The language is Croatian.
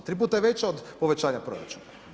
3 puta je veće od povećanja proračuna.